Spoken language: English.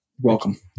Welcome